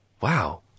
Wow